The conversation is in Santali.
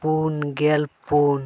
ᱯᱩᱱ ᱜᱮᱞ ᱯᱩᱱ